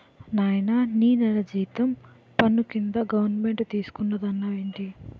నాయనా నీ నెల జీతం పన్ను కింద గవరమెంటు తీసుకున్నాదన్నావేటి